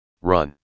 run